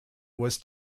was